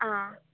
आं